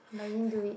but I didn't do it